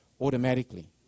automatically